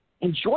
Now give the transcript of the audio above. enjoy